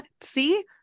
See